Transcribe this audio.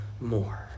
more